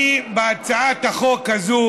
בהצעת החוק הזאת